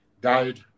died